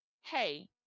hey